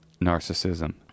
narcissism